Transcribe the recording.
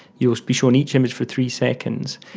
you will be shown each image for three seconds.